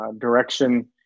direction